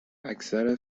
اکثر